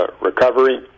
recovery